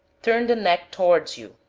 turn the neck towards you,